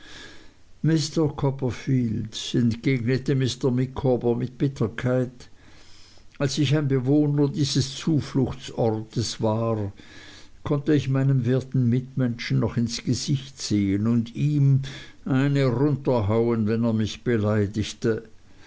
mr copperfield entgegnete mr micawber mit bitterkeit als ich ein bewohner dieses zufluchtsorts war konnte ich meinem werten mitmenschen noch ins gesicht sehen und ihm eine herunterhauen wenn er mich beleidigte